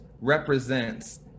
represents